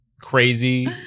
crazy